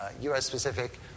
US-specific